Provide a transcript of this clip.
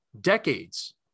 decades